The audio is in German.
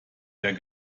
der